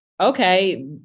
okay